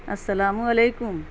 السلام علیکم